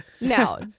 now